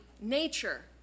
nature